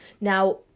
now